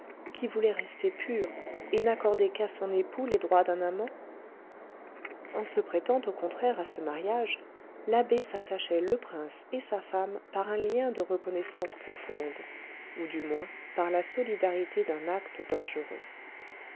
qui voulait rester pure et n'accorder qu'à son époux les droits d'un amant en se prêtant au contraire à ce mariage l'abbé s'attachait le prince et sa femme par un lien de reconnaissance profonde ou du moins par la solidarité d'un acte dangereux